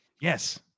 Yes